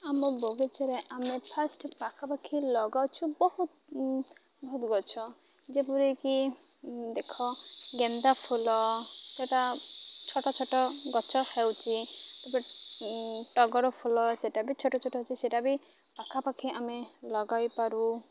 ଆମ ବଗିଚାରେ ଆମେ ଫାଷ୍ଟ ପାଖାପାଖି ଲଗାଉଛୁ ବହୁତ ବହୁତ ଗଛ ଯେପରିକି ଦେଖ ଗେନ୍ଦା ଫୁଲ ସେଟା ଛୋଟ ଛୋଟ ଗଛ ହେଉଛି ତାପରେ ଟଗର ଫୁଲ ସେଇଟା ବି ଛୋଟ ଛୋଟ ଆସୁଛି ସେଇଟା ବି ପାଖାପାଖି ଆମେ ଲଗାଇପାରୁ